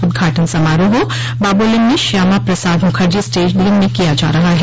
उद्घाटन समारोह बाबोलिम में श्यामा प्रसाद मुखर्जी स्टेडियम में किया जा रहा है